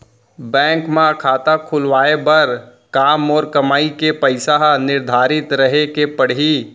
Bank म खाता खुलवाये बर का मोर कमाई के पइसा ह निर्धारित रहे के पड़ही?